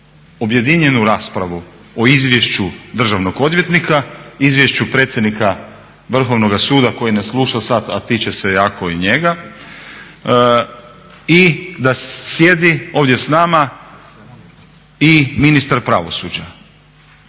objedinjenu raspravu o izvješću državnog odvjetnika, izvješću predsjednika Vrhovnoga suda koji ne sluša sad a tiče se jako i njega, i da sjedi ovdje s nama i ministar pravosuđa.